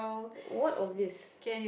what obvious